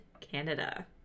Canada